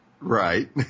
Right